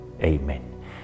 Amen